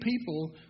people